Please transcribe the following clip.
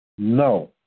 No